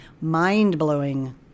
Mind-blowing